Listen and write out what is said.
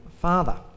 Father